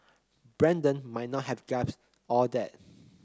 Brandon might not have grasped all that